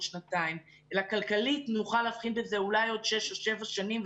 שנתיים אלא כלכלית נוכל להבחין בזה אולי בעוד שש או שבע שנים,